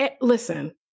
Listen